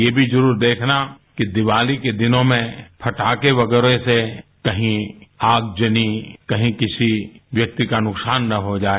ये भी जरूर देखना कि दिवाली के दिनों में पटाखे वगैरह से कहीं आगजनी कहीं किसी व्यक्ति का नुकसान न हो जाए